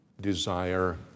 desire